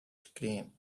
screen